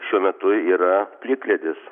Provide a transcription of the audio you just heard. šiuo metu yra plikledis